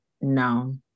no